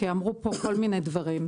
כי אמרו פה כל מיני דברים.